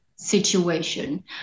situation